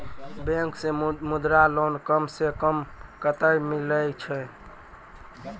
Bank से Mudra loan कम सऽ कम कतैय मिलैय छै?